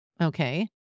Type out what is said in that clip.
Okay